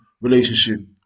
relationship